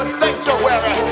sanctuary